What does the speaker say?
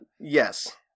Yes